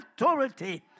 authority